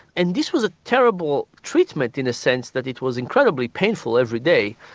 and this was a terrible treatment in a sense that it was incredibly painful every day.